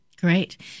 Great